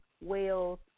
Wales